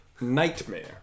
nightmare